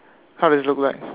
how does it look like